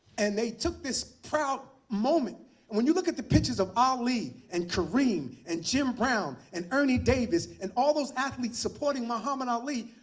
and they took this proud moment when you look at the pictures of ali, and kareem, and jim brown, and ernie davis, and all those athletes supporting muhammad ali,